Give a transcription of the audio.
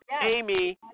Amy